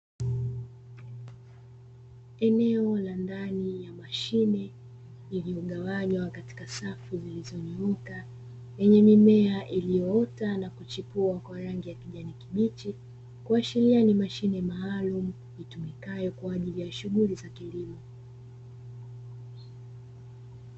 Eneo la ndani ya mashine iliyogawanywa katika safu zilizonyooka zenye mimea iliyoota na kuchipua kwa rangi ya kijani kibichi, kuashiria ni mashine maalumu itumikayo kwa ajili ya shughuli za kilimo.